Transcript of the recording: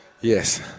Yes